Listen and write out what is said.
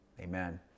amen